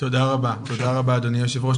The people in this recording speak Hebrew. תודה רבה, תודה רבה אדוני היושב ראש.